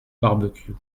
barbecue